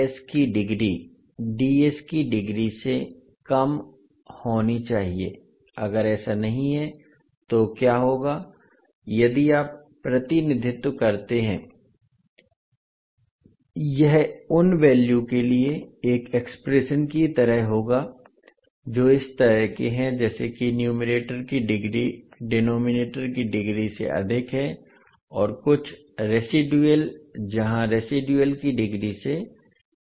की डिग्री की डिग्री से कम होनी चाहिए अगर ऐसा नहीं है तो क्या होगा यदि आप प्रतिनिधित्व करते हैं यह उन वैल्यू के लिए एक एक्सप्रेशन की तरह होगा जो इस तरह के हैं जैसे कि न्यूमेरेटर की डिग्री डिनोमिनेटर की डिग्री से अधिक है और कुछ रेसिडुअल जहां रेसिडुअल की डिग्री से कम है